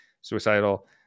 suicidal